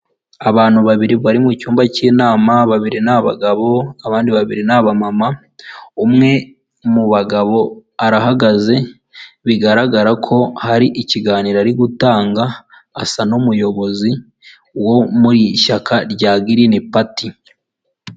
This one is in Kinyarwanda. Abantu babiri bari mu cyumba cy'inama babiri n'abagabo abandi babiri ni abamama, umwe mu bagabo arahagaze bigaragara ko hari ikiganiro ari gutanga, asa n'umuyobozi wo mu ishyaka rya girini pati.